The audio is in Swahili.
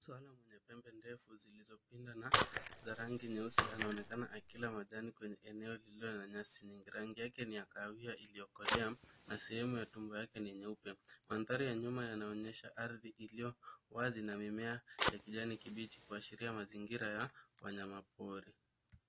Swara mwenye pembe ndefu zilizopinda na za rangi nyeusi anaonekana akila majani kwenye eneo lililo na nyasi nyingi. Rangi yake ni ya kahawia iliyokolea na sehemu ya tumbo yake ni nyeupe. Mandhari ya nyuma yanaonyesha ardhi iliyo wazi na mimea ya kijani kibichi kuashiria mazingira ya wanyama pori.